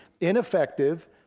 ineffective